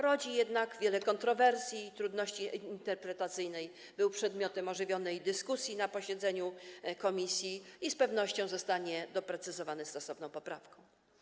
Rodzi on jednak wiele kontrowersji i trudności interpretacyjnych, był przedmiotem ożywionej dyskusji na posiedzeniu komisji i z pewnością zostanie doprecyzowany stosowną poprawką.